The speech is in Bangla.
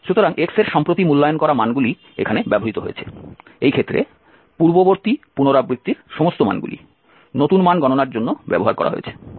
সুতরাং x এর সম্প্রতি মূল্যায়ন করা মানগুলি এখানে ব্যবহৃত হয়েছে এই ক্ষেত্রে পূর্ববর্তী পুনরাবৃত্তির সমস্ত মানগুলি নতুন মান গণনার জন্য ব্যবহার করা হয়েছে